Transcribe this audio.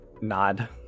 nod